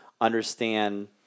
understand